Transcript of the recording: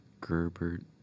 Gerbert